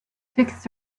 tickets